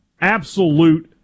Absolute